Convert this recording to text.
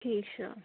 ٹھیٖک چھُ